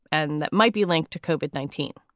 and that might be linked to cope at nineteen.